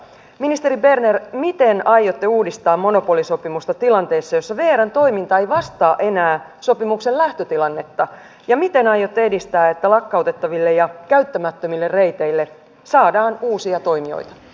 ministeri berner miten aiotte uudistaa monopolisopimusta tilanteessa jossa vrn toiminta ei vastaa enää sopimuksen lähtötilannetta ja miten aiotte edistää sitä että lakkautettaville ja käyttämättömille reiteille saadaan uusia toimijoita